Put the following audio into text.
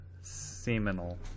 Seminal